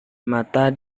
mata